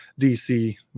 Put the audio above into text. DC